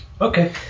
Okay